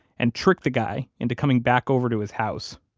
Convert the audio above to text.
and tricked the guy into coming back over to his house,